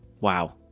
Wow